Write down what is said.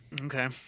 Okay